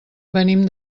venim